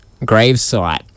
gravesite